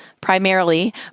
primarily